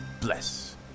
bless